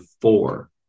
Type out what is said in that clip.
four